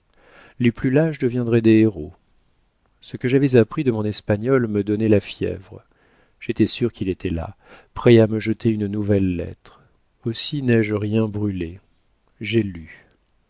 les plus lâches deviendraient des héros ce que j'avais appris de mon espagnol me donnait la fièvre j'étais sûre qu'il était là prêt à me jeter une nouvelle lettre aussi n'ai-je rien brûlé j'ai lu